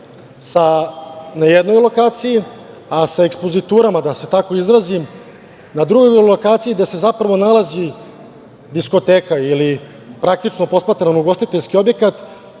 na jednoj lokaciji, a sa ekspoziturama, da se tako izrazim, na drugoj lokaciji gde se zapravo nalazi diskoteka ili praktično posmatrano ugostiteljski objekat